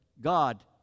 God